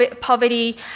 poverty